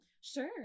sure